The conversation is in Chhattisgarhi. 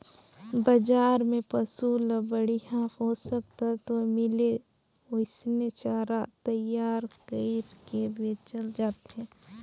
बजार में पसु ल बड़िहा पोषक तत्व मिले ओइसने चारा तईयार कइर के बेचल जाथे